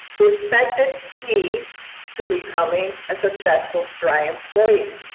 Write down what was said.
respect is key to becoming a successful stri employee.